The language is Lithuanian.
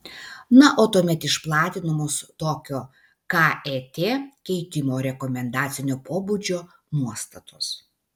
na o tuomet išplatinamos tokio ket keitimo rekomendacinio pobūdžio nuostatos